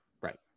Right